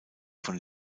von